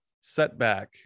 setback